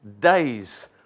days